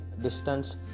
distance